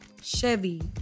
Chevy